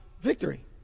victory